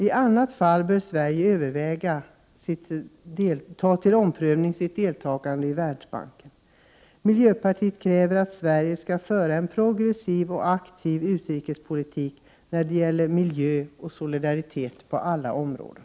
I annat fall bör Sverige ompröva sitt deltagande i Världsbanken. Miljöpartiet kräver slutligen att Sverige skall föra en progressiv och aktiv utrikespolitik när det gäller miljö och solidaritet på alla områden.